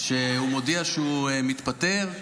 שהוא הודיע שהוא מתפטר,